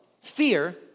Fear